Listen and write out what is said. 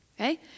okay